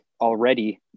already